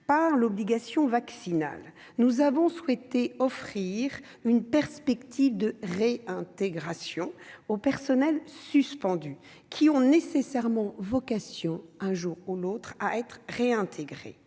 à l'obligation vaccinale, nous avons souhaité offrir une perspective de réintégration aux personnes suspendues, qui ont nécessairement vocation à être réintégrées.